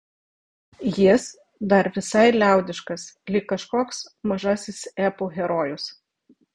jis dar visai liaudiškas lyg kažkoks mažasis epų herojus